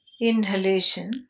inhalation